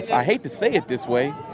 i hate to say it this way,